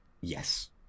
Yes